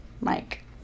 Mike